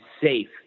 safe